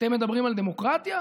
אתם מדברים על דמוקרטיה?